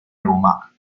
roma